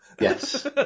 Yes